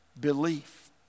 belief